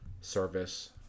service